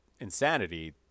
Insanity